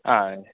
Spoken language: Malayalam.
ആ അതുതന്നെ